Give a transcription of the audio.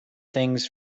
things